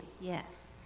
yes